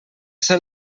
ser